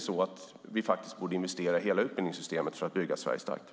Borde vi inte investera i hela utbildningssystemet för att bygga Sverige starkt?